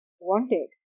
wanted